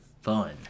fun